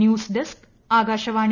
news desk Akashvani